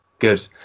Good